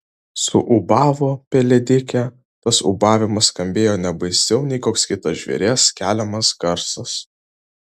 suūbavo pelėdikė tas ūbavimas skambėjo ne baisiau nei koks kitas žvėries keliamas garsas